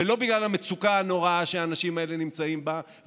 ולא בגלל המצוקה הנוראה שהאנשים האלה נמצאים בה,